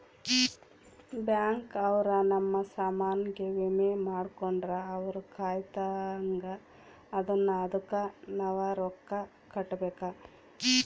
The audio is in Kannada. ಬ್ಯಾಂಕ್ ಅವ್ರ ನಮ್ ಸಾಮನ್ ಗೆ ವಿಮೆ ಮಾಡ್ಕೊಂಡ್ರ ಅವ್ರ ಕಾಯ್ತ್ದಂಗ ಅದುನ್ನ ಅದುಕ್ ನವ ರೊಕ್ಕ ಕಟ್ಬೇಕು